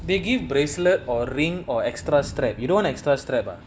they give bracelet or ring or extra strap you don't want extra step ah